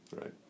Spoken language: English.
right